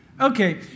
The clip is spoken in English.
Okay